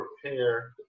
prepare